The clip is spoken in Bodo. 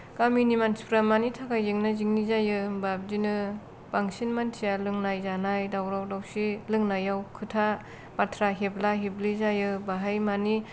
गामिनि मानसिफ्रा मानि थाखाय जेंना जेंनि जायो होमबा बिदिनो बांसिन मानसिया लोंनाय जानाय दावराव दावसि लोंनायाव खोथा बाथ्रा हेबला हेबलि जायो बाहाय माने